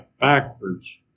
backwards